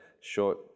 short